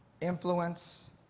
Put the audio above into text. influence